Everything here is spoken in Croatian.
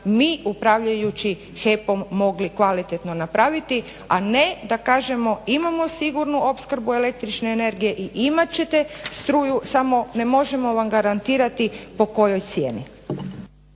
mi upravljajući HEP-om mogli kvalitetno napraviti, a ne da kažemo imamo sigurnu opskrbu električne energije i imat ćete struju samo ne možemo vam garantirati po kojoj cijeni.